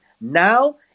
Now